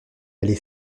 aller